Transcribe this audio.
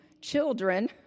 children